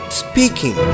speaking